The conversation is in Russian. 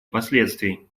последствий